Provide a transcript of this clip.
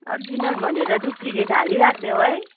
original भनेर duplicate हालिराखिदियौ है